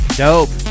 dope